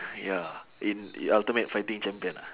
ya in in ultimate fighting champion ah